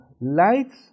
lights